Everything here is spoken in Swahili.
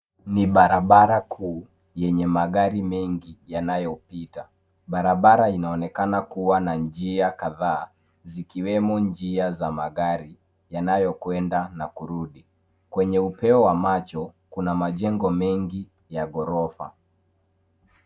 Ni barabara kuu yenye magari mengi yanayo pita. Barabara inaonekana kuwa na njia kadhaa ikiwemo njia ya magari yanayo kwenda na kurudi. Kwenye upeo wa macho kuna majengo mengi ya ghorofa.